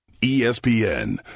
espn